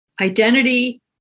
identity